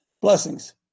Blessings